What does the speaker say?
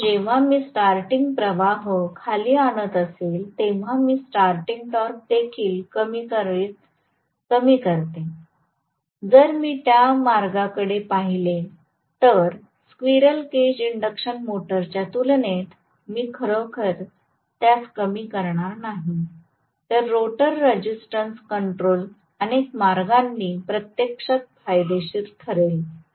म्हणून जेव्हा मी स्टार्टिंग प्रवाह खाली आणत असते तेव्हा मी स्टार्टिंग टॉर्क देखील कमी प्रमाणात कमी करते जर मी त्या मार्गाकडे पाहिले तर स्क्विरल केज इंडक्शन मोटरच्या तुलनेत मी खरोखरच त्यास कमी करणार नाही तर रोटर रेझिस्टन्स कंट्रोल अनेक मार्गांनी प्रत्यक्षात फायदेशीर ठरेल